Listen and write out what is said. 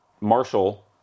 Marshall